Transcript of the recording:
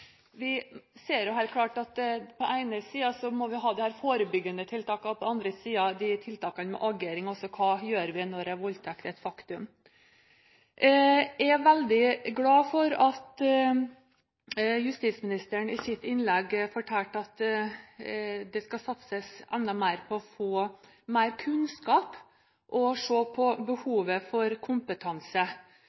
Vi ser helt klart at vi på den ene siden må ha disse forebyggende tiltakene, og på den andre siden tiltakene med agering – altså hva vi gjør når en voldtekt er et faktum. Jeg er veldig glad for at justisministeren i sitt innlegg fortalte at en skal satse enda mer på å få mer kunnskap og se på behovet for kompetanse.